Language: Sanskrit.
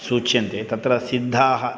सूच्यन्ते तत्र सिद्धाः